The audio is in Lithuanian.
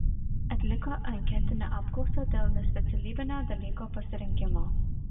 atliko anketinę apklausą dėl nespecialybinio dalyko pasirinkimo